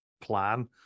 plan